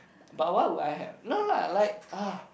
but why would I have no lah like ah